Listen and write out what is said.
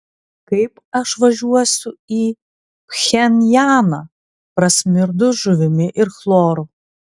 kaip aš važiuosiu į pchenjaną prasmirdus žuvimi ir chloru